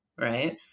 right